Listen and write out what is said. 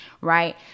Right